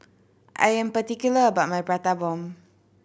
I am particular about my Prata Bomb